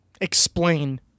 explain